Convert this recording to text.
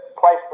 place